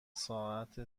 ساعت